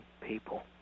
people